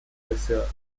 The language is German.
regisseur